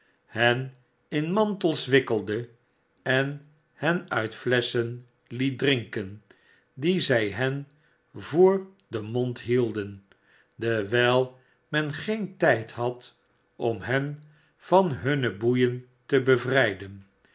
hen in mantels wikkclden en hen uit flesschen lieten drinken die zij hen voor den mond hielden dewijl men geen tijd had om hen van hunne boeien te bevrijden